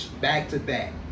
back-to-back